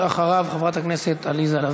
ולאחריו, חברת הכנסת עליזה לביא.